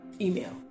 email